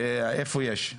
איפה יש?